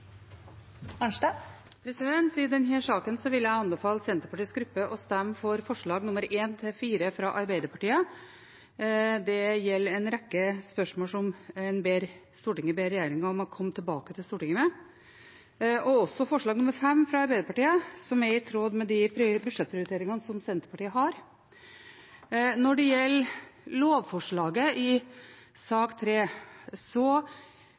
Arnstad har bedt om ordet til en stemmeforklaring. I denne saken vil jeg anbefale Senterpartiets gruppe å stemme for forslagene nr. 1–4, fra Arbeiderpartiet. Det gjelder en rekke spørsmål som Stortinget ber regjeringen om å komme tilbake til Stortinget med. Det gjelder også forslag nr. 5, fra Arbeiderpartiet, som er i tråd med de budsjettprioriteringene som Senterpartiet har. Når det gjelder lovforslaget i